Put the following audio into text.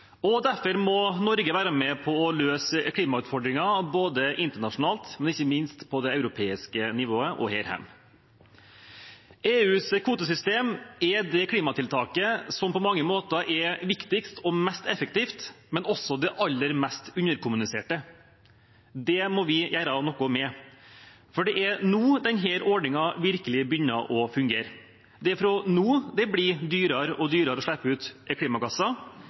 og derfor må Norge være med på å løse klimautfordringer både internasjonalt og ikke minst på det europeiske nivået og her hjemme. EUs kvotesystem er det klimatiltaket som på mange måter er viktigst og mest effektivt, men også det aller mest underkommuniserte. Det må vi gjøre noe med. Det er nå denne ordningen virkelig begynner å fungere. Det er fra nå det blir dyrere og dyrere å slippe ut klimagasser.